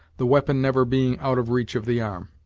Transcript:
the weapon never being out of reach of the arm.